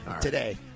today